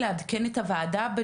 הוועדה מדגישה את החשיבות של מיצוי